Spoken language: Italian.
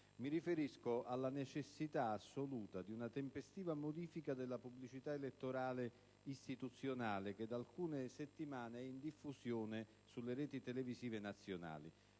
Mi riferisco alla necessità assoluta di una tempestiva modifica della pubblicità elettorale istituzionale che da alcune settimane è in diffusione sulle reti televisive nazionali.